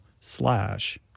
slash